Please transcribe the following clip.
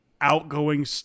outgoing